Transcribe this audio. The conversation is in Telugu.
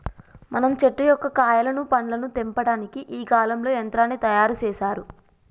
మనం చెట్టు యొక్క కాయలను పండ్లను తెంపటానికి ఈ కాలంలో యంత్రాన్ని తయారు సేసారు